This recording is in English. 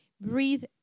Breathe